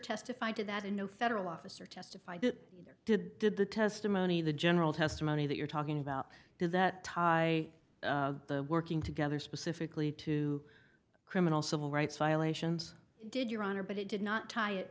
testified to that in a federal officer testified that they did the testimony the general testimony that you're talking about did that tie the working together specifically to criminal civil rights violations did your honor but it did not tie it